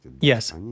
yes